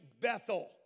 Bethel